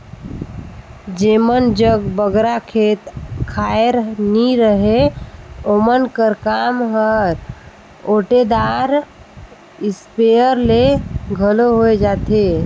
जेमन जग बगरा खेत खाएर नी रहें ओमन कर काम हर ओटेदार इस्पेयर ले घलो होए जाथे